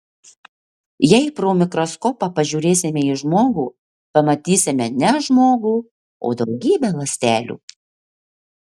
jei pro mikroskopą pažiūrėsime į žmogų pamatysime ne žmogų o daugybę ląstelių